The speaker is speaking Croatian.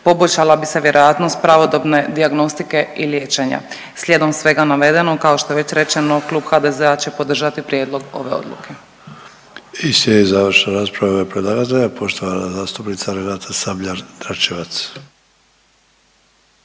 poboljšala bi se vjerojatnost pravodobne dijagnostike i liječenja. Slijedom svega navedenog kao što je već rečeno Klub HDZ-a će podržati prijedlog ove odluke. **Sanader, Ante (HDZ)** I slijedi završna rasprava u ime predlagatelja, poštovana zastupnica Renata Sabljar Dračevac.